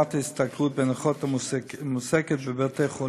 ברמת ההשתכרות בין אחות המועסקת בבית-חולים